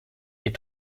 est